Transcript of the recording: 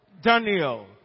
Daniel